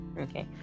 Okay